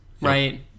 Right